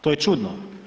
To je čudno.